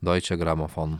doiče gramofon